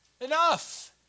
Enough